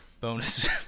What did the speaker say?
Bonus